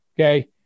okay